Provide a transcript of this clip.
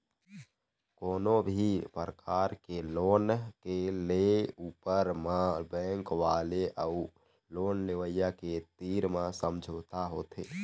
कोनो भी परकार के लोन के ले ऊपर म बेंक वाले अउ लोन लेवइया के तीर म समझौता होथे